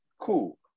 cool